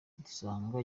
dusanga